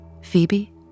Phoebe